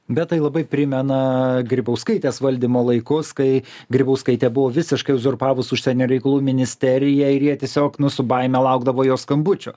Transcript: bet tai labai primena grybauskaitės valdymo laikus kai grybauskaitė buvo visiškai uzurpavus užsienio reikalų ministeriją ir jie tiesiog nu su baime laukdavo jos skambučio